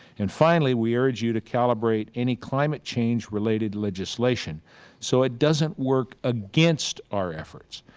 and finally, we urge you to calibrate any climate change related legislation so it doesn't work against our efforts.